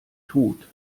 tod